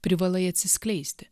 privalai atsiskleisti